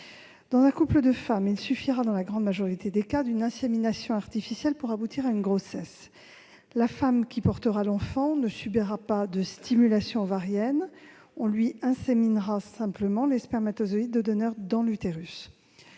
Dans un couple de femmes, il suffira, dans la grande majorité des cas, de pratiquer une insémination artificielle pour aboutir à une grossesse. La femme qui portera l'enfant ne subira pas de stimulation ovarienne ; on lui inséminera simplement dans l'utérus